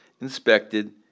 inspected